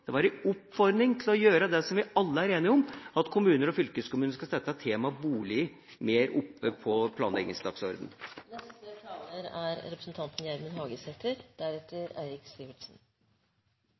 Det var en oppfordring til å gjøre det som vi alle er enige om, nemlig at kommuner og fylkeskommuner skal sette temaet bolig høyere opp på